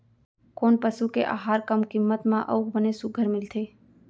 कोन पसु के आहार कम किम्मत म अऊ बने सुघ्घर मिलथे?